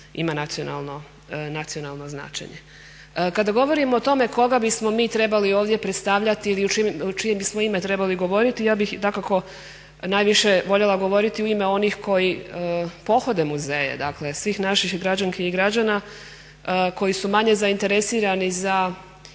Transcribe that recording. ima nacionalno značenje. Kada govorimo o tome koga bismo mi trebali ovdje predstavljati ili u čije bismo ime trebali govoriti ja bih dakako najviše voljela govoriti u ime onih koji pohode muzeje, dakle svih naših građanki i građana koji su manje zainteresirani za